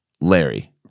Larry